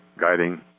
guiding